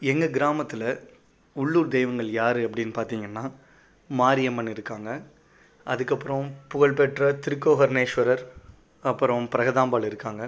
எங்கள் கிராமத்தில் உள்ளூர் தெய்வங்கள் யார் அப்படின்னு பார்த்தீங்கன்னா மாரியம்மன் இருக்காங்க அதுக்கப்புறம் புகழ்பெற்ற திருக்கோகணேஸ்வரர் அப்புறம் பிரகதாம்பாள் இருக்காங்க